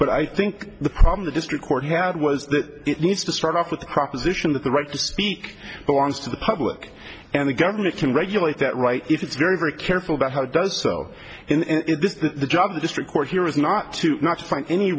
but i think the problem the district court had was that it needs to start off with the proposition that the right to speak but arms to the public and the government can regulate that right if it's very very careful about how does so in the job district court here is not to not find any